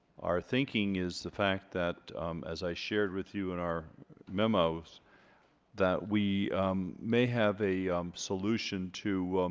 our thinking is the fact that as i shared with you in our memos that we may have a solution to